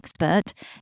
expert